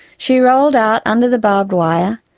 she rolled out under the barbed wire,